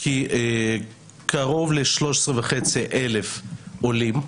קרוב ל-13,500 עולים.